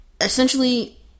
Essentially